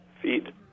feed